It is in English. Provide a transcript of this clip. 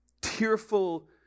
tearful